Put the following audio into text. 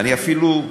אני אפילו,